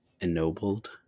ennobled